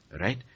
right